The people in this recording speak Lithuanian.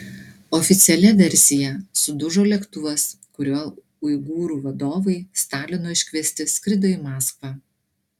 oficialia versija sudužo lėktuvas kuriuo uigūrų vadovai stalino iškviesti skrido į maskvą